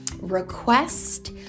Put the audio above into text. request